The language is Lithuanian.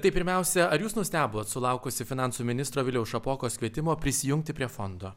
tai pirmiausia ar jūs nustebot sulaukusi finansų ministro viliaus šapokos kvietimo prisijungti prie fondo